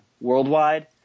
worldwide